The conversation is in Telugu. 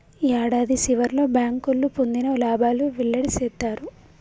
యాడాది సివర్లో బ్యాంకోళ్లు పొందిన లాబాలు వెల్లడి సేత్తారు